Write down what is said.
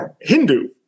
Hindu